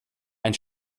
ein